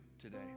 today